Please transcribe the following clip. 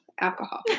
alcohol